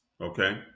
Okay